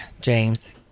James